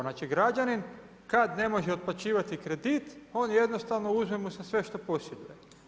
Znači građanin kada ne može otplaćivati kredit, on jednostavno, uzme mu se sve što posjeduje.